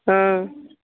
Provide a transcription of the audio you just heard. हँ